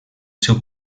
seu